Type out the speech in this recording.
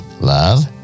love